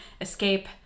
escape